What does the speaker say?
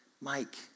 Mike